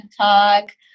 talk